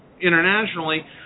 internationally